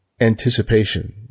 anticipation